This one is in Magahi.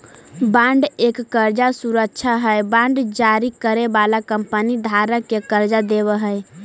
बॉन्ड एक कर्जा सुरक्षा हई बांड जारी करे वाला कंपनी धारक के कर्जा देवऽ हई